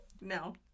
No